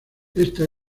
esta